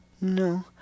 No